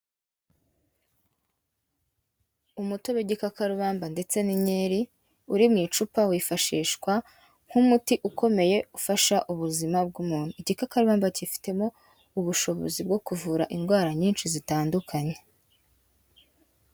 Umuti w'igikakarubamba ndetse n'inkeri uri mu icupa, wifashishwa nk'umuti ukomeye ufasha ubuzima bw'umuntu. Igikakarubamba kifitemo ubushobozi bwo kuvura indwara zitandukanye.